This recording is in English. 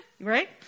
Right